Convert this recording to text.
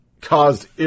caused